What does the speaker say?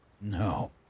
No